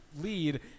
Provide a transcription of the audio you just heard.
lead